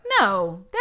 no